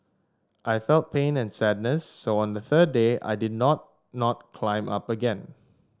I felt pain and sadness so on the third day I did not not climb up again